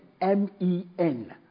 M-E-N